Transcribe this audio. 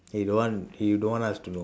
he don't want he don't want us to know